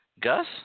Gus